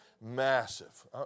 massive